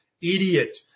idiot